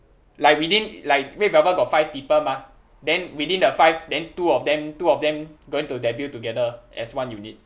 like within like red velvet got five people mah then within the five then two of them two of them going to debut together as one unit